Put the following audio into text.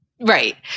Right